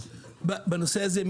בנושא הזה,